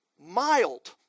mild